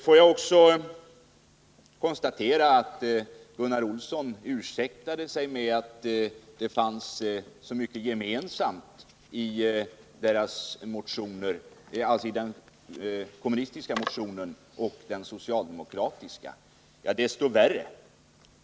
Jag kan vidare konstatera att Gunnar Olsson ursäktade sig med att det fanns så mycket gemensamt i den kommunistiska motionen och den socialdemokratiska — ja, desto värre!